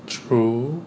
true